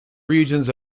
regions